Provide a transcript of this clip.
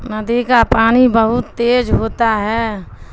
ندی کا پانی بہت تیز ہوتا ہے